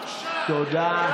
תודה.